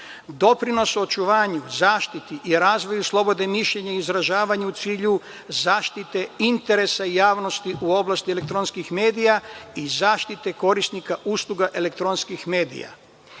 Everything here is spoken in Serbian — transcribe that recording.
doprinos očuvanju, zaštiti i razvoju slobode mišljenja i izražavanja u cilju zaštite interesa javnosti u oblasti elektronskih medija i zaštite korisnika usluga elektronskih medija.